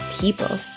people